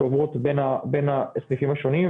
שעוברות בין הסניפים השונים,